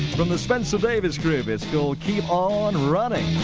from the spencer davis group, it's called keep on running.